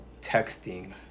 texting